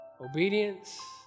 Obedience